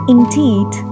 Indeed